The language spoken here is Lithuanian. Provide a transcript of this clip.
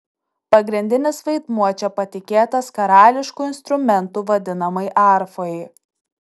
pagrindinis vaidmuo čia patikėtas karališku instrumentu vadinamai arfai